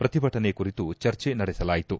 ಪ್ರತಿಭಟನೆ ಕುರಿತು ಚರ್ಚೆ ನಡೆಸಲಾಯಿತು